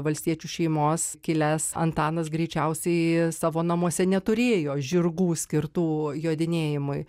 valstiečių šeimos kilęs antanas greičiausiai savo namuose neturėjo žirgų skirtų jodinėjimui